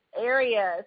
areas